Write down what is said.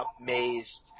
amazed